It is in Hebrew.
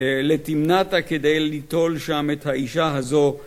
לתמנעתה כדי ליטול שם את האישה הזו